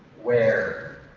where.